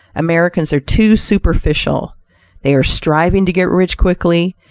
americans are too superficial they are striving to get rich quickly,